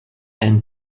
and